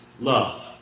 Love